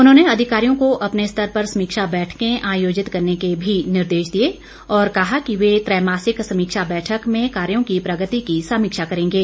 उन्होंने अधिकारियों को अपने स्तर पर समीक्षा बैठकें आयोजित करने के भी निर्देश दिए और कहा कि वे त्रैमासिक समीक्षा बैठक में कार्यो की प्रगति की समीक्षा करेंगे